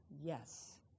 yes